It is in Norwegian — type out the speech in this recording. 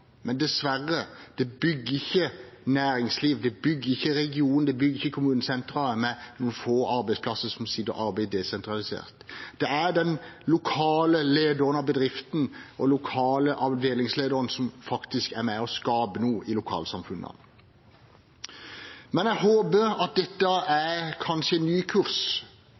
men dessverre: Det bygger ikke næringsliv, det bygger ikke region, det bygger ikke kommunesentre med noen få arbeidstagere som sitter og arbeider desentralisert. Det er den lokale lederen av bedriften og den lokale avdelingslederen som faktisk er med og skaper noe i lokalsamfunnene. Men jeg håper at dette kanskje er en ny kurs